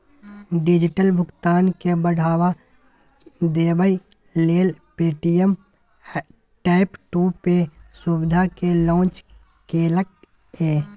digital भुगतान केँ बढ़ावा देबै लेल पे.टी.एम टैप टू पे सुविधा केँ लॉन्च केलक ये